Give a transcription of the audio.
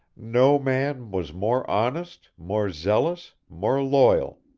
no man was more honest, more zealous, more loyal.